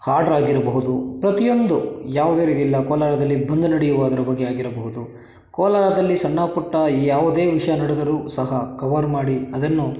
ಹಾಡ್ರ್ ಆಗಿರಬಹುದು ಪ್ರತಿಯೊಂದು ಯಾವುದೇ ರೀತಿಲಿ ನಾವು ಕೋಲಾರದಲ್ಲಿ ಬಂದ್ ನಡೆಯುವುದ್ರ ಬಗ್ಗೆ ಆಗಿರಬಹುದು ಕೋಲಾರದಲ್ಲಿ ಸಣ್ಣ ಪುಟ್ಟ ಯಾವುದೇ ವಿಷಯ ನಡೆದರೂ ಸಹ ಕವರ್ ಮಾಡಿ ಅದನ್ನು